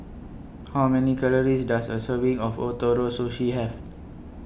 How Many Calories Does A Serving of Ootoro Sushi Have